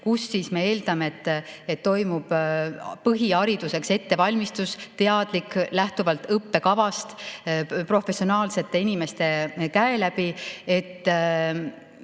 nagu me eeldame, toimub põhihariduseks ettevalmistus – teadlik, lähtuvalt õppekavast, professionaalsete inimeste käe läbi.